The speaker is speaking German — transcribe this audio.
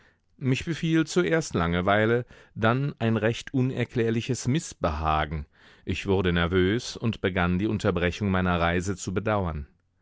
mich befiel zuerst langeweile dann ein recht unerklärliches mißbehagen ich wurde nervös und begann die unterbrechung meiner reise zu bedauern